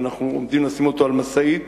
ואנחנו עומדים לשים אותו על משאית